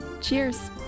Cheers